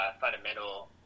fundamental